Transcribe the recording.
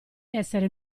essere